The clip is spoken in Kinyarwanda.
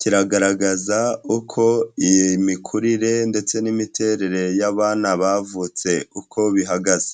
kiragaragaza uko imikurire ndetse n'imiterere y'abana bavutse uko bihagaze.